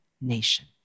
nation